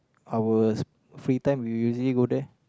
ours free time we usually go there